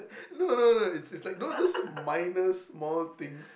no no no it's it's like those is minor small things